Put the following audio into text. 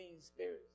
spirits